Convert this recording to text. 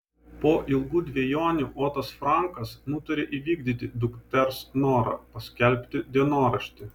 po ilgų dvejonių otas frankas nutarė įvykdyti dukters norą paskelbti dienoraštį